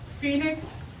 Phoenix